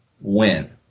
win